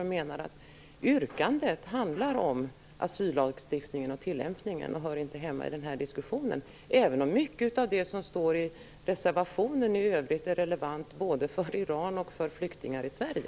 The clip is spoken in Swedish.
Vi menar att yrkandet handlar asyllagstiftningen och dess tillämpning och inte hör hemma i den här diskussionen, även om mycket av det som står i reservationen i övrigt är relevant både för Iran och för flyktingar i Sverige.